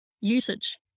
usage